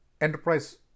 enterprise